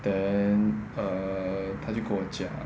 then err 她就跟我讲